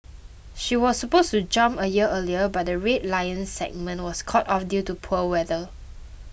she was supposed to jump a year earlier but the Red Lions segment was called off due to poor weather